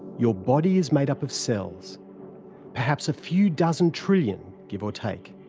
your body is made up of cells perhaps a few dozen trillion, give ah take.